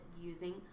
using